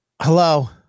Hello